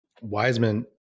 Wiseman